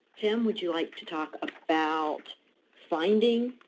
tim, would you like to talk about finding